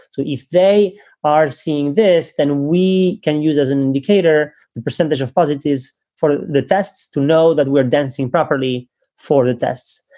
so if they are seeing this, then we can use as an indicator the percentage of positives for the tests to know that we are dancing properly for the tests.